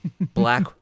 Black